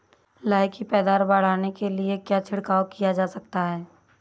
लाही की पैदावार बढ़ाने के लिए क्या छिड़काव किया जा सकता है?